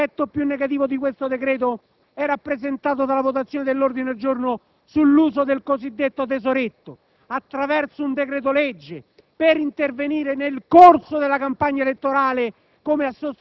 Ma l'aspetto più negativo di questo decreto è rappresentato dalla votazione dell'ordine del giorno sull'uso del cosiddetto tesoretto attraverso un decreto-legge per intervenire nel corso della campagna elettorale,